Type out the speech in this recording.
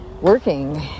working